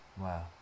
Wow